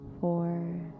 four